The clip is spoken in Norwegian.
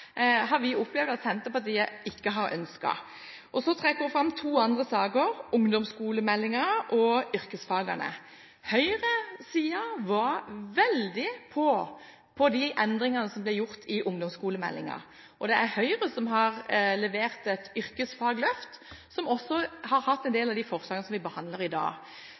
vi har opplevd at Senterpartiet ikke har ønsket. Så trekker representanten fram to andre saker, ungdomsskolemeldingen og yrkesfagene. Høyresiden var veldig for de endringene som ble gjort i ungdomsskolemeldingen, og det er Høyre som har levert et yrkesfagløft, som også har hatt en del av de forslagene som vi behandler i dag.